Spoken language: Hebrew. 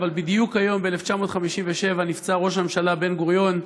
אבל בדיוק היום ב-1957 נפצע ראש הממשלה בן-גוריון,